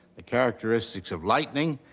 the characteristics of lightning,